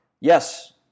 Yes